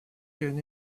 chaque